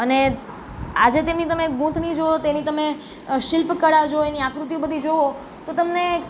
અને આજે તેમની તમે ગૂંથણી જુઓ તેની તમે શિલ્પકળા જુઓ એની આકૃતિઓ બધી જુઓ તો તમને